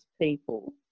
people